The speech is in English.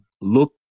look